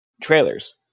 trailers